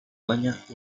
banyak